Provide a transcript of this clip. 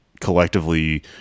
collectively